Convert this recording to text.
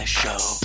show